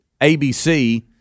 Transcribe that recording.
ABC